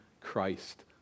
christ